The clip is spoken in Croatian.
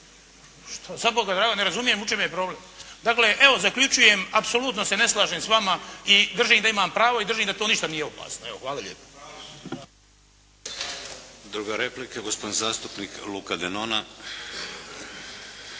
zaboga, ja ne razumijem u čemu je problem? Dakle, evo zaključujem, apsolutno se ne slažem s vama i držim da imam pravo i držim da to ništa nije opasno. Evo, hvala lijepo. … /Upadica: U pravu si./ …